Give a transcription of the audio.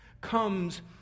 comes